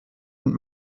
und